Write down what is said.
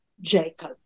Jacob